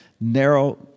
narrow